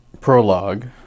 Prologue